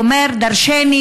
ואומר דרשני,